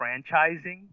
franchising